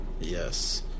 Yes